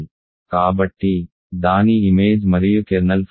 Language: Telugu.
కాబట్టి దాని ఇమేజ్ మరియు కెర్నల్ ఫై ఖచ్చితంగా t స్క్వేర్ ప్లస్ 1